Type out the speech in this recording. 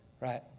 Right